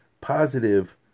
positive